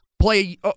play